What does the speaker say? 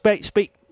speak